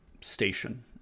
station